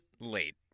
late